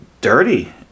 dirty